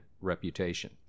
reputation